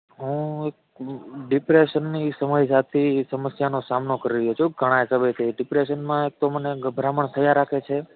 હું ડિપ્રેશનની સમસ્યાથી સમસ્યાનો સામનો કરી રહ્યો છું ઘણા સમયથી ડિપ્રેશનમાં તો મને ગભરામણ થયા રાખે છે